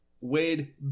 Wade